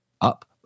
up